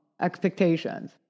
expectations